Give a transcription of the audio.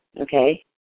okay